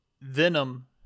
Venom